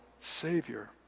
Savior